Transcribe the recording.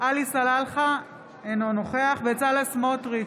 עלי סלאלחה, אינו נוכח בצלאל סמוטריץ'